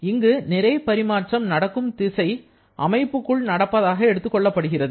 இங்கு நிறை பரிமாற்றம் நடக்கும் திசை அமைப்புக்குள் நடப்பதாக எடுத்துக் கொள்ளப்படுகிறது